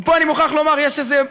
ופה אני מוכרח לומר שיש איזה כשל,